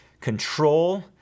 control